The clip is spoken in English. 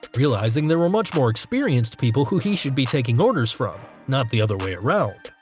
realising there were much more experienced people who he should be taking orders from, not the other way around.